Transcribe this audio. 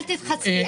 אל תתחצפי".